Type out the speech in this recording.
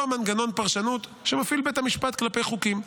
מנגנון פרשנות שמפעיל בית המשפט כלפי חוקים.